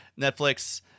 netflix